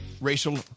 racial